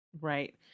right